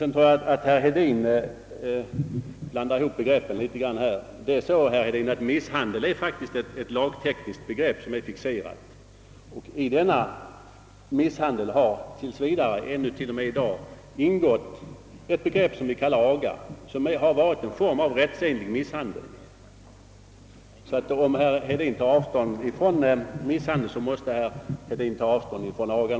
Vidare tror jag att herr Hedin något blandar ihop begreppen. Det är så, herr Hedin, att misshandel faktiskt är en fixerad lagteknisk beteckning. I denna beteckning har ända tills i dag ingått ett begrepp, som kallas aga, och som har varit en form av rättsenlig misshandel. Om herr Hedin tar avstånd från misshandel, måste han också ta avstånd från aga.